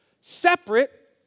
separate